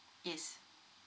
yes